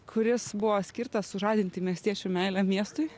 kuris buvo skirtas sužadinti miestiečių meilę miestui